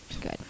good